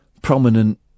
prominent